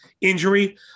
Injury